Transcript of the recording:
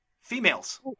Females